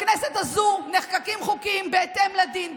בכנסת הזו נחקקים חוקים בהתאם לדין,